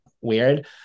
weird